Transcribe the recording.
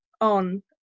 on